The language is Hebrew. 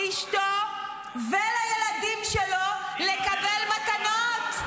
לאשתו ולילדים שלו לקבל מתנות.